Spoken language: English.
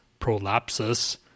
prolapsus